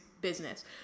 business